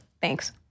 Thanks